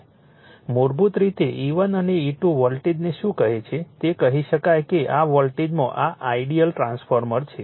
મૂળભૂત રીતે E1 અને E2 વોલ્ટેજને શું કહે છે તે કહી શકાય કે આ વોલ્ટેજમાં આ આઇડીઅલ ટ્રાન્સફોર્મર છે